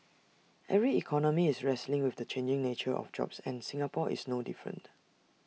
every economy is wrestling with the changing nature of jobs and Singapore is no different